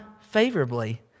favorably